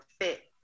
fit